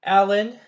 Alan